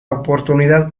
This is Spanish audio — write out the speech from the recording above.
oportunidad